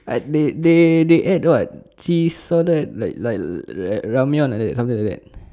I they they they add what cheese all that like like like ramyeon like that something like that